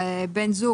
זה : "בן זוג,